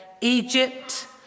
Egypt